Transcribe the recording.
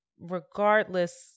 regardless